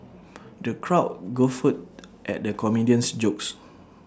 the crowd guffawed at the comedian's jokes